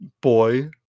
boy